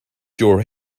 your